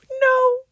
no